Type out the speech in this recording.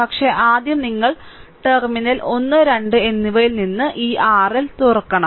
പക്ഷേ ആദ്യം നിങ്ങൾ ടെർമിനൽ 1 2 എന്നിവയിൽ നിന്ന് ഈ RL തുറക്കണം